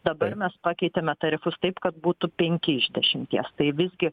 dabar mes pakeitėme tarifus taip kad būtų penki iš dešimties tai visgi